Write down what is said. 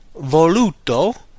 voluto